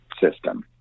system